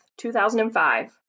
2005